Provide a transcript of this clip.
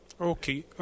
Okay